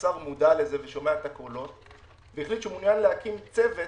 השר מודע לכך ושומע את הקולות והחליט שהוא מעוניין להקים צוות